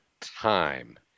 time